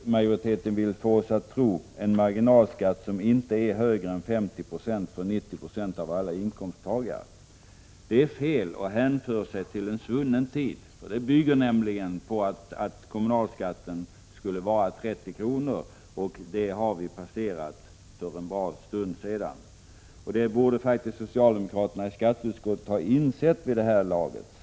1986/87:117 oss att tro, en marginalskatt som inte är högre än 50 96 för 90 Jo av alla inkomsttagare. Detta är fel. Det hänför sig till en svunnen tid. Det bygger nämligen på att kommunalskatten skulle vara 30 kr., och den nivån har vi passerat för en bra stund sedan. Detta borde faktiskt socialdemokraterna i skatteutskottet ha insett vid det här laget.